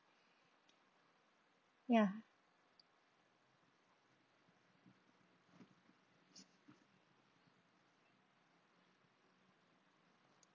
ya